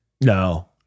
No